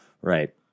Right